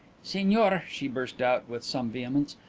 signor, she burst out, with some vehemence,